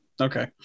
Okay